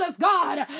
God